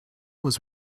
was